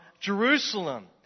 Jerusalem